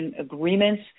agreements